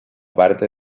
parte